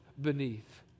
beneath